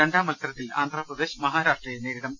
രണ്ടാം മത്സരത്തിൽ ആന്ധ്രാപ്രദേശ് മഹാരാഷ്ട്രയെ നേരിടും